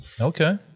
okay